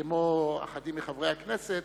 כמו אחדים מחברי הכנסת,